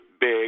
big